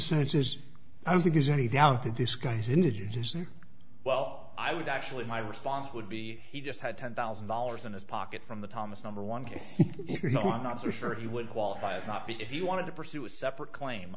is i don't think there's any doubt to disguise indigency well i would actually my response would be he just had ten thousand dollars in his pocket from the thomas number one case you know i'm not so sure he would qualify as not but if you want to pursue a separate claim